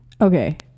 Okay